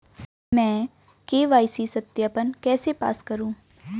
मैं के.वाई.सी सत्यापन कैसे पास करूँ?